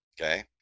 Okay